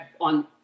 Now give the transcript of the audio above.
on